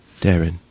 Darren